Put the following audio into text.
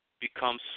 becomes